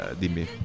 dimmi